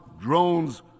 drones